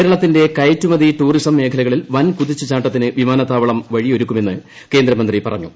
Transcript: കേരളത്തിന്റെ കയറ്റുമതി ടൂറിസം മേഖലകളിൽ വൻ കുതിച്ചു ചാട്ടത്തിന് വിമാനത്താവളം വഴിയൊരുക്കുമെന്ന് കേന്ദ്രമന്ത്രി പറഞ്ഞു